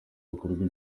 bikorwa